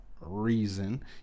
reason